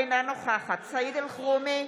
אינה נוכחת סעיד אלחרומי,